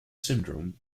syndrome